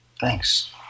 Thanks